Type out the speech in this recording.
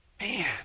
Man